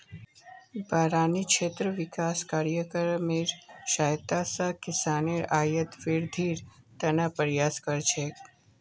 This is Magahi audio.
बारानी क्षेत्र विकास कार्यक्रमेर सहायता स किसानेर आइत वृद्धिर त न प्रयास कर छेक